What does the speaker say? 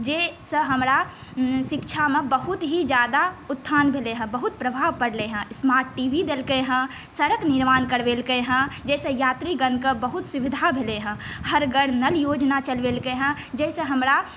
जाहिसँ हमरा शिक्षामे बहुत ही ज्यादा उत्थान भेलै हँ बहुत प्रभाव पड़लै हँ स्मार्ट टीवी देलकै हँ सड़क निर्माण करवेलकै हँ जाहिसँ यात्रीगणके बहुत सुविधा भेलै हँ हर घर नल जल योजना चलवेलकै हँ जाहिसँ हमरा